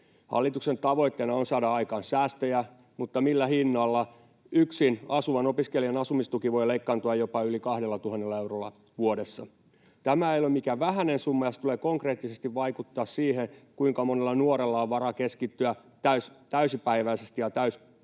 Hallituksen tavoitteena on saada aikaan säästöjä, mutta millä hinnalla? Yksin asuvan opiskelijan asumistuki voi leikkaantua jopa yli 2 000 eurolla vuodessa. Tämä ei ole mikään vähäinen summa, ja se tulee konkreettisesti vaikuttamaan siihen, kuinka monella nuorella on varaa keskittyä täysipäiväisesti ja täysipainoisesti